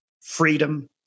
freedom